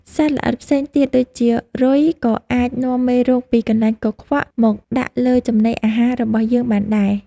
សត្វល្អិតផ្សេងទៀតដូចជា រុយ ក៏អាចនាំមេរោគពីកន្លែងកខ្វក់មកដាក់លើចំណីអាហាររបស់យើងបានដែរ។